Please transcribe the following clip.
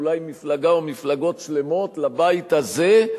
אולי מפלגה או מפלגות שלמות לבית הזה,